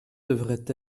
devraient